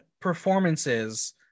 performances